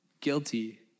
guilty